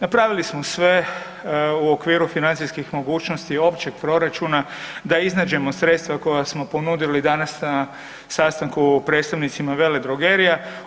Napravili smo sve u okviru financijskih mogućnosti općeg proračuna da iznađemo sredstva koja smo ponudili danas na sastanku predstavnicima veledrogerija.